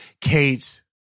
Kate